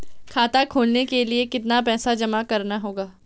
खाता खोलने के लिये कितना पैसा जमा करना होगा?